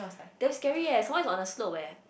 damn scary eh some more is on a slope eh